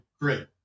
Great